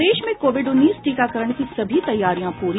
प्रदेश में कोविड उन्नीस टीकाकरण की सभी तैयारियां पूरी